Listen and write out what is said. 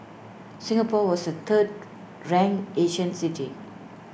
Singapore was the third ranked Asian city